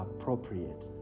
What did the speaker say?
appropriate